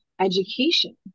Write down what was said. education